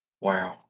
wow